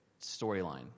storyline